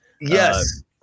Yes